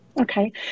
Okay